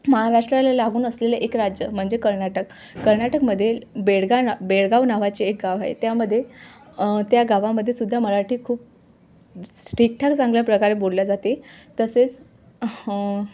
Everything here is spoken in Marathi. महाराष्ट्राला लागून असलेले एक राज्य म्हणजे कर्नाटक कर्नाटकमध्ये बेडगा ना बेळगाव नावाचे एक गाव आहे त्यामध्ये त्या गावामध्येसुद्धा मराठी खूप ठीकठाक चांगल्या प्रकारे बोलल्या जाते तसेच